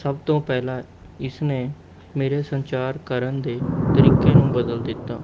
ਸਭ ਤੋਂ ਪਹਿਲਾਂ ਇਸ ਨੇ ਮੇਰੇ ਸੰਚਾਰ ਕਰਨ ਦੇ ਤਰੀਕੇ ਨੂੰ ਬਦਲ ਦਿੱਤਾ